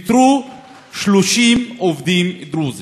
פיטרו 30 עובדים דרוזים.